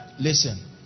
listen